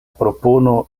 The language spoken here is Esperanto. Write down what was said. propono